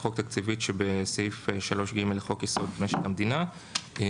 חוק תקציבית" בסעיף 3ג לחוק־יסוד: משק המדינה‏;";".